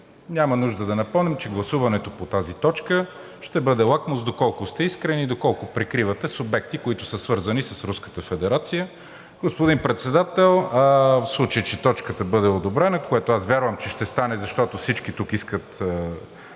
Няма нужда да напомням, че гласуването по тази точка ще бъде лакмус доколко сте искрени, доколко прикривате субекти, които са свързани с Руската федерация. Господин Председател, в случай че точката бъде одобрена, което вярвам, че ще стане, защото всички тук искат